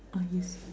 ah yes